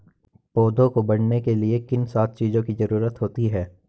पौधों को बढ़ने के लिए किन सात चीजों की जरूरत होती है?